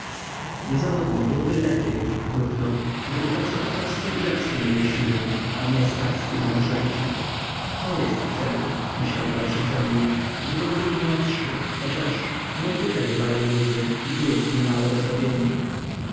niezawodnie byłoby lepiej mruknął gdyby tacy ochoccy i rzeccy mieli siłę a nie starscy i maruszewicze to jest cel myślał w dalszym ciągu gdybym był młodszy chociaż no i tutaj bywają ludzie i tu jest niemało do zrobienia